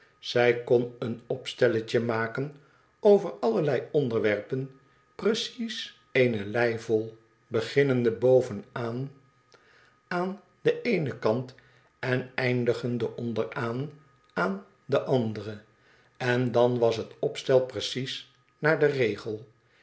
zij kon een opstelletje maken over allerlei onderwerpen precies eene lei vol beginnende bovenaan aan den eenen kant en eindigende onderaan aan den anderen en dan was het opstel precies naar den regel